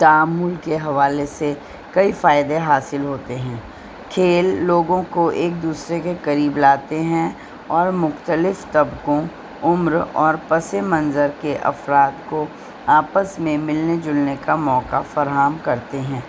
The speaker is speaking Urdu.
تامل کے حوالے سے کئی فائدے حاصل ہوتے ہیں کھیل لوگوں کو ایک دوسرے کے قریب لاتے ہیں اور مختلف طبقوں عمر اور پس منظر کے افراد کو آپس میں ملنے جلنے کا موقع فراہم کرتے ہیں